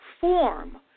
form